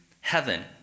heaven